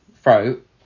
throat